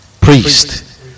priest